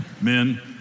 Men